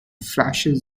flashes